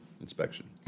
inspection